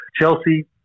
Chelsea